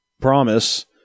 promise